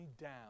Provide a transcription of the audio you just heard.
down